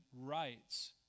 rights